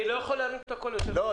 אני